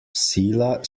sila